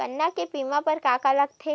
गन्ना के बीमा बर का का लगथे?